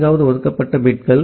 நான்காவது ஒதுக்கப்பட்ட பிட்கள்